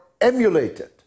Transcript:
emulated